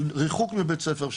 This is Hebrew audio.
של ריחוק מבית הספר,